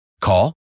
Call